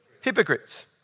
hypocrites